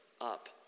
up